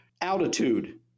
Altitude